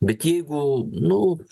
bet jeigu nu